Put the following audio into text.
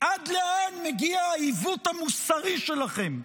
עד לאן מגיע העיוות המוסרי שלכם,